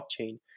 blockchain